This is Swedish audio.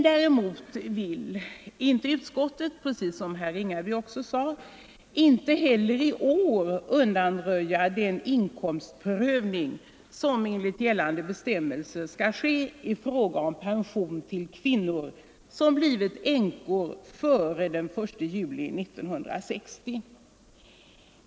Däremot vill utskottet inte heller i år, som herr Ringaby sade, undanröja den inkomstprövning som enligt gällande bestämmelser skall ske i fråga om pension till kvinnor som blivit änkor före den 1 juli 1960.